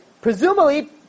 presumably